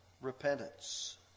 repentance